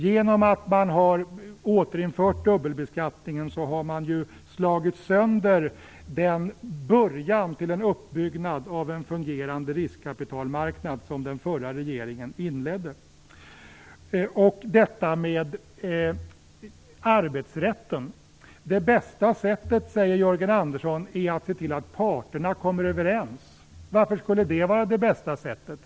Genom att man återinfört dubbelbeskattningen har man ju slagit sönder den början till en uppbyggnad av en fungerande riskkapitalmarknad som den förra regeringen inledde. När det gäller arbetsrätten säger Jörgen Andersson att det bästa sättet är att se till att parterna kommer överens. Varför skulle det vara det bästa sättet?